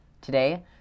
Today